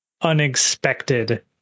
unexpected